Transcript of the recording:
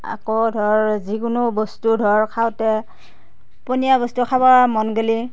আকৌ ধৰ যিকোনো বস্তু ধৰ খাওঁতে পনীয়া বস্তু খাবৰ মন গ'লে